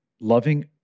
Loving